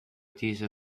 diese